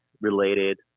related